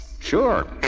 Sure